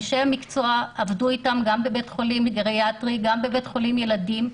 אנשי המקצוע עבדו איתם גם בבית חולים גריאטרי וגם בבית חולים ילדים.